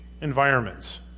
environments